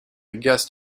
guest